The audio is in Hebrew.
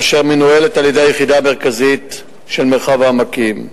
אשר מנוהלת על-ידי היחידה המרכזית של מרחב העמקים.